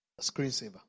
screensaver